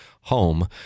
home